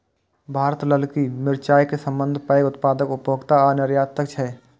भारत ललकी मिरचाय के सबसं पैघ उत्पादक, उपभोक्ता आ निर्यातक छियै